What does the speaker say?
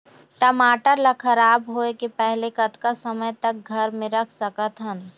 टमाटर ला खराब होय के पहले कतका समय तक घर मे रख सकत हन?